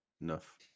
Enough